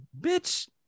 bitch